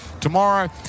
Tomorrow